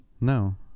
no